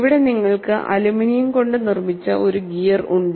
ഇവിടെ നിങ്ങൾക്ക് അലുമിനിയം കൊണ്ട് നിർമ്മിച്ച ഒരു ഗിയർ ഉണ്ട്